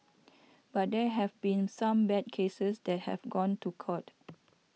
but there have been some bad cases that have gone to court